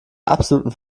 absoluten